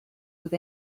with